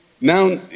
Now